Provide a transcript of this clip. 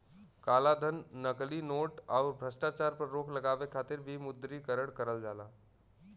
कालाधन, नकली नोट, आउर भ्रष्टाचार पर रोक लगावे खातिर विमुद्रीकरण करल जाला